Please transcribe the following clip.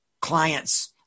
clients